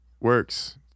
works